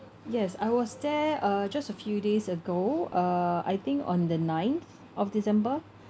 yes I was there uh just a few days ago uh I think on the ninth of december